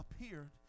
appeared